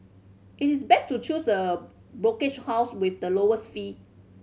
it is best to choose a brokerage house with the lowest fee